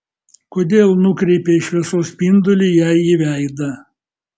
kodėl nukreipei šviesos spindulį jai į veidą